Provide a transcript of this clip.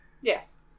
Yes